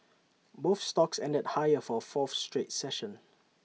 both stocks ended higher for A fourth straight session